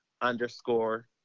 underscore